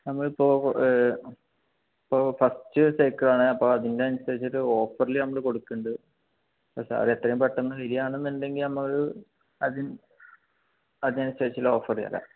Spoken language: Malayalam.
നമ്മളിപ്പോൾ ഇപ്പോൾ ഫസ്റ്റ് സൈക്ക് ആണ് അപ്പം അതിനനുസരിച്ചിട്ട് ഓഫറിൽ നമ്മൾ കൊടുക്കുന്നുണ്ട് അപ്പോൾ സാർ എത്രയും പെട്ടെന്ന് വരികയാണെന്നുണ്ടെങ്കിൽ നമ്മൾ അതി അതിനനുസരിച്ചുള്ള ഓഫറ് തരാം